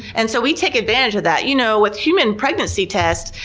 and so we take advantage of that. you know, with human pregnancy tests,